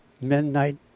midnight